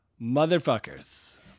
motherfuckers